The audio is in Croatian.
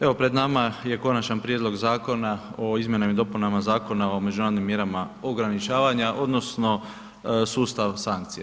Evo, pred nama je Konačni prijedlog zakona o izmjenama i dopunama Zakona o međunarodnim mjerama ograničavanja, odnosno sustav sankcije.